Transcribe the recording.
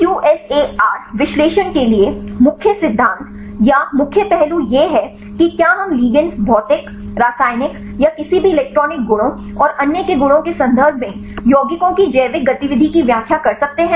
तो QSAR विश्लेषण के लिए मुख्य सिद्धांत या मुख्य पहलू यह है कि क्या हम लिगैंड्स भौतिक रासायनिक या किसी भी इलेक्ट्रॉनिक गुणों और अन्य के गुणों के संदर्भ में यौगिकों की जैविक गतिविधि की व्याख्या कर सकते हैं